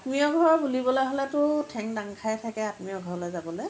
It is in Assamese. আত্মীয়ঘৰ বুলিবলৈ হ'লেতো ঠেং দাং খায়েই থাকে আত্মীয় ঘৰলৈ যাবলৈ